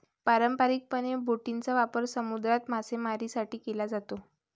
पारंपारिकपणे, बोटींचा वापर समुद्रात मासेमारीसाठी केला जातो